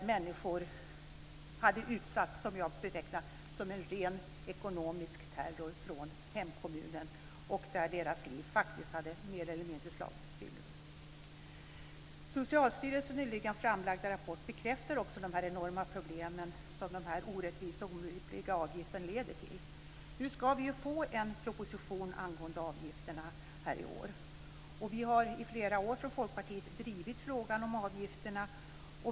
Människor hade utsatts för något som jag betecknar som en ren ekonomisk terror från hemkommunen. Deras liv hade faktiskt mer eller mindre slagits i spillror. Socialstyrelsens nyligen framlagda rapport bekräftar också de enorma problem som de orättvisa och orimliga avgifterna leder till. Vi ska få en proposition angående avgifterna i år, och vi har i flera år från Folkpartiets sida drivit frågan om avgifterna.